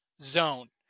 zone